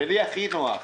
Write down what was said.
לי הכי נוח.